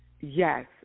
Yes